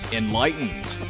enlightened